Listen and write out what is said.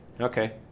Okay